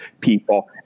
people